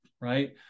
right